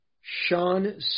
Sean